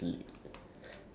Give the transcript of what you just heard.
like to what